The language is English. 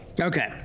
Okay